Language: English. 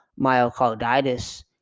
myocarditis